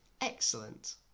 excellent